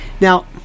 Now